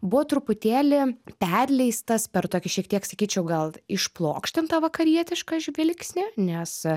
buvo truputėlį perleistas per tokį šiek tiek sakyčiau gal išplokštintą vakarietišką žvilgsnį nes